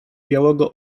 białego